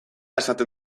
esaten